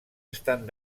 estan